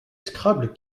scrabble